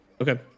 Okay